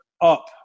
up